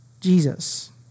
Jesus